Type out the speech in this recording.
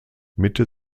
mitte